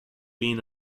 being